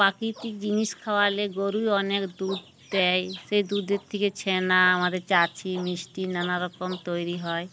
প্রাকৃতিক জিনিস খাওয়ালে গরুই অনেক দুধ দেয় সেই দুধের থেকে ছেনা আমাদের চাচি মিষ্টি নানারকম তৈরি হয়